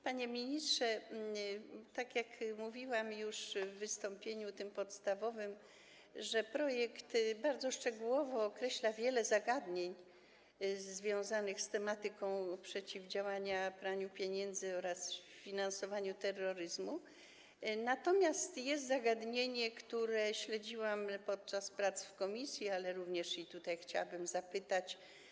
Panie ministrze, tak jak już mówiłam w wystąpieniu podstawowym, projekt bardzo szczegółowo określa wiele zagadnień związanych z tematyką przeciwdziałania praniu pieniędzy oraz finansowaniu terroryzmu, natomiast jest zagadnienie, które śledziłam podczas prac w komisji, o które również tutaj chciałabym zapytać.